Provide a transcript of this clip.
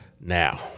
now